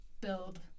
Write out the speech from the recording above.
build